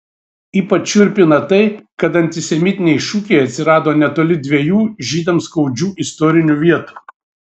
ypač šiurpina tai kad antisemitiniai šūkiai atsirado netoli dviejų žydams skaudžių istorinių vietų